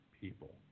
people